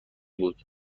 بود